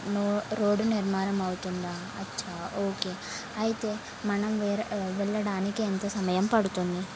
no road నిర్మాణ అవుతుందా అచ్చా ఓకే అయితే మనం వేర వెళ్ళడానికి ఎంత సమయం పడుతుంది